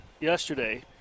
yesterday